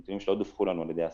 נתונים שלא דווחו לנו על ידי עסקים,